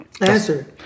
answer